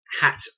hat